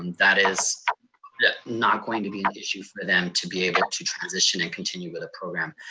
um that is yeah not going to be an issue for them to be able to transition and continue with the program.